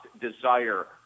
desire